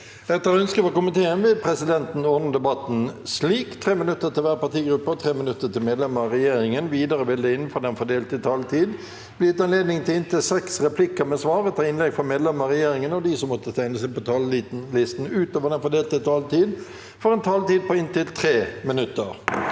og sosialkomiteen vil presidenten ordne debatten slik: 3 minutter til hver partigruppe og 3 minutter til medlemmer av regjeringen. Videre vil det – innenfor den fordelte taletid – bli gitt anledning til inntil seks replikker med svar etter innlegg fra medlemmer av regjeringen, og de som måtte tegne seg på talerlisten utover den fordelte taletid, får også en taletid på inntil 3 minutter.